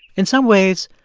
in some ways,